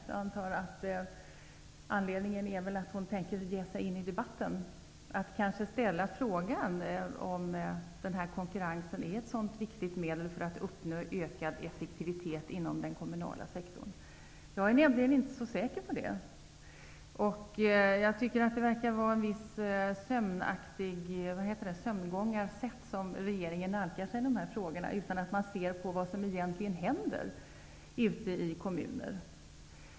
Jag antar att anledningen är att hon tänker ge sig in i debatten. Därför anser jag att det kan vara intressant att ställa frågan om konkurrensen är ett sådant viktigt medel för att uppnå ökad effektivitet inom den kommunala sektorn. Jag är nämligen inte så säker på det. Jag tycker att det verkar som om regeringen nalkar sig dessa frågor på ett sömngångaraktigt sätt. Man ser inte vad som egentligen händer ute i kommunerna.